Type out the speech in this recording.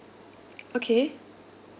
okay